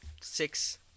six